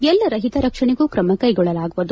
ಎಲ್ಲರ ಹಿತರಕ್ಷಣೆಗೂ ಕ್ರಮ ಕೈಗೊಳ್ಳಲಾಗುವುದು